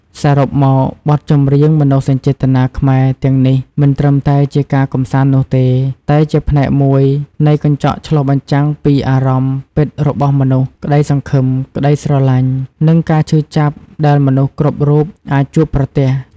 សរុបមក បទចម្រៀងមនោសញ្ចេតនាខ្មែរទាំងនេះមិនត្រឹមតែជាការកម្សាន្តនោះទេ តែជាផ្នែកមួយនៃកញ្ចក់ឆ្លុះបញ្ចាំងពីអារម្មណ៍ពិតរបស់មនុស្ស ក្តីសង្ឃឹម ក្តីស្រឡាញ់ និងការឈឺចាប់ដែលមនុស្សគ្រប់រូបអាចជួបប្រទះ។